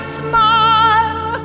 smile